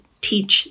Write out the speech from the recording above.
teach